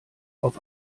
auf